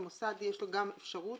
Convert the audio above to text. למוסד יש גם אפשרות